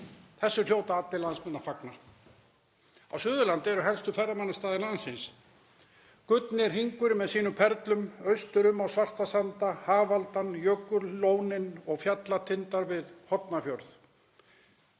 Þessu hljóta allir landsmenn að fagna. Á Suðurlandi eru helstu ferðamannastaðir landsins: Gullni hringurinn með sínum perlum, austur um á svarta sanda, hafaldan, jökullónin og fjallatindar við Hornafjörð.